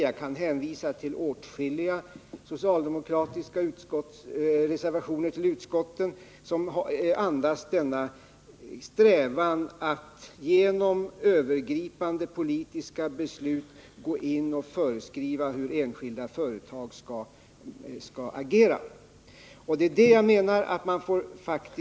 Jag kan hänvisa till åtskilliga socialdemokratiska reservationer, som andas denna strävan att genom övergripande politiska beslut föreskriva hur enskilda företag skall agera.